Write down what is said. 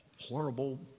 horrible